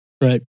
Right